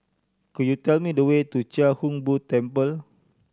could you tell me the way to Chia Hung Boo Temple